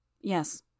Yes